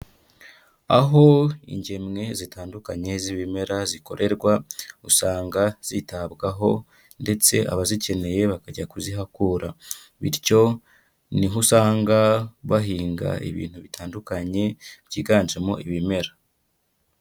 Aho ingemwe zitandukanye z'ibimera zikorerwa, usanga zitabwaho ndetse abazikeneye bakajya kuzihakura, bityo ni ho usanga bahinga ibintu bitandukanye byiganjemo ibimera.